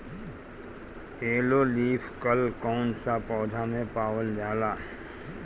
Yellow leaf कल कौन सा पौधा में पावल जाला?